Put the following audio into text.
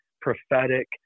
prophetic